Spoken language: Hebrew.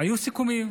היו סיכומים,